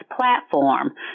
platform